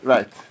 Right